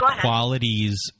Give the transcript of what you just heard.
qualities